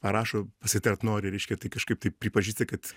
ar rašo pasitart nori reiškia tai kažkaip tai pripažįsta kad